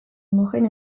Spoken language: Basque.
mojen